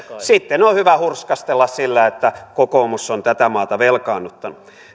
sitten on hyvä hurskastella sillä että kokoomus on tätä maata velkaannuttanut